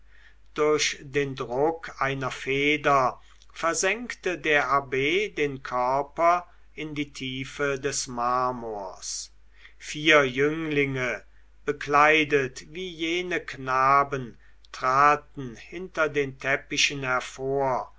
durch den druck einer feder versenkte der abb den körper in die tiefe des marmors vier jünglinge bekleidet wie jene knaben traten hinter den teppichen hervor